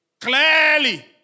clearly